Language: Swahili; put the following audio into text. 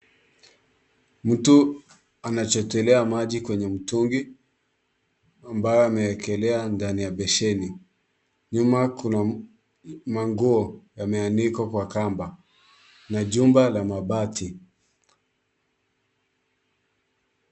Mtu anachotelea maji kwenye mtungi ambao amewekelea ndani ya besheni. Nyuma kuna manguo yameanikwa kwa kamba na jumba la mabati.